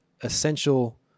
essential